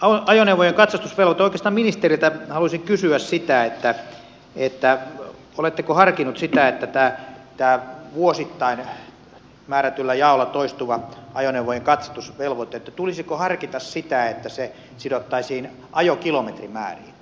tämä ajoneuvojen katsastusvelvoite oikeastaan ministeriltä haluaisin kysyä oletteko harkinnut sitä kun on tämä vuosittain määrätyllä jaolla toistuva ajoneuvojen katsastusvelvoite että se sidottaisiin ajokilometrimääriin